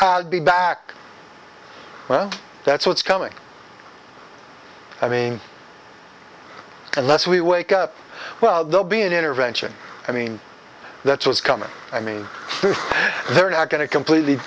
movie be back well that's what's coming i mean unless we wake up well they'll be an intervention i mean that's what's coming i mean they're not going to completely